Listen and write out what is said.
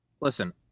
listen